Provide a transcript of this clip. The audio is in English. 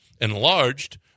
enlarged